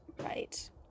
Right